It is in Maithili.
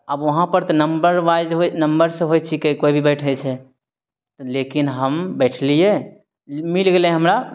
आब वहाँपर तऽ नम्बर बाइज होइ नम्बरसँ होइ छिकै कोइ भी बैठय छै लेकिन हम बैठिलियै मिलो गेलय हमरा